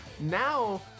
now